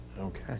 Okay